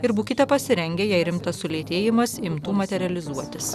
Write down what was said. ir būkite pasirengę jei rimtas sulėtėjimas imtų materializuotis